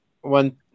one